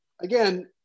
again